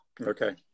Okay